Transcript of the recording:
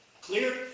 clear